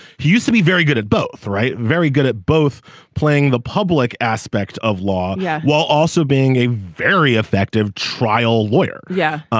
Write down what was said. he used to be very good at both. right. very good at both playing the public aspect of law yeah while also being a very effective trial lawyer. yeah.